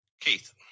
Keith